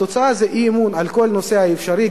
התוצאה היא הגשת אי-אמון על כל נושא אפשרי,